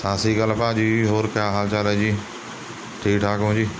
ਸਤਿ ਸ਼੍ਰੀ ਅਕਾਲ ਭਾਅ ਜੀ ਹੋਰ ਕਿਆ ਹਾਲ ਚਾਲ ਹੈ ਜੀ ਠੀਕ ਠਾਕ ਹੋ ਜੀ